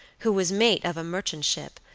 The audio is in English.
who was mate of a merchant ship,